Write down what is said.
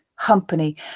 company